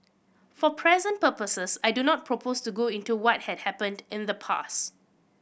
for present purposes I do not propose to go into what had happened in the past